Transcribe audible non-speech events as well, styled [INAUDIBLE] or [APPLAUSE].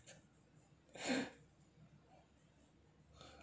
[LAUGHS]